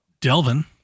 Delvin